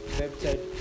website